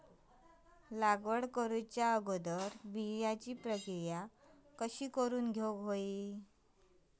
लागवड करूच्या अगोदर बिजाची प्रकिया कशी करून हवी?